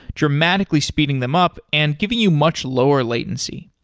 dramatically speeding them up and giving you much lower latency.